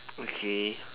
okay